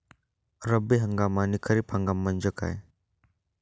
रब्बी हंगाम आणि खरीप हंगाम म्हणजे काय?